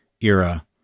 era